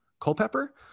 Culpepper